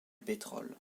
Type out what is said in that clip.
pétrole